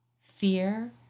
fear